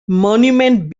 monument